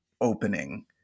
opening